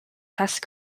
test